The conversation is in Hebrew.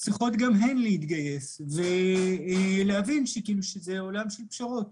צריכים גם הם להתגייס ולהבין שזה עולם של פשרות.